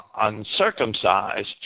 uncircumcised